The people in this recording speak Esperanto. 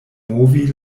movi